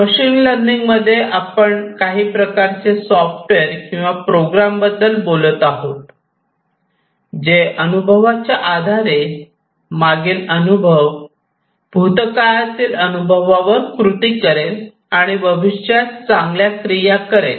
machine लर्निंगमध्ये आपण काही प्रकारचे सॉफ्टवेअर किंवा प्रोग्राम बद्दल बोलत आहोत जे अनुभवाच्या आधारे मागील अनुभव भूतकाळातील अनुभवावर कृती करेल आणि भविष्यात चांगल्या क्रिया करेल